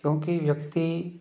क्योंकि व्यक्ति